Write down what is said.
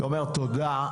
תומר תודה.